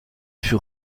fut